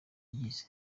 zagiye